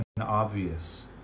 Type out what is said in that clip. obvious